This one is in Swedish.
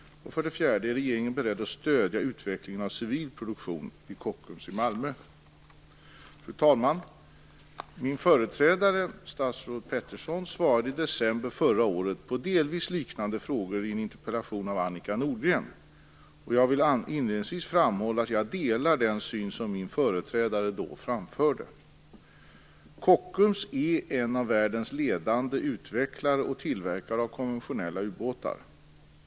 4. Är regeringen beredd att stödja utvecklingen av civil produktion vid Kockums i Malmö? Fru talman! Min företrädare, statsrådet Peterson, svarade i december förra året på delvis liknande frågor i en interpellation av Annika Nordgren. Jag vill inledningsvis framhålla att jag delar den syn som min företrädare då framförde. Kockums är en av världens ledande utvecklare och tillverkare av konventionella ubåtar.